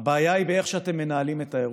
הבעיה היא באיך שאתם מנהלים את האירוע.